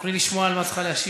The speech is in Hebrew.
תוכלי לשמוע על מה את צריכה להשיב.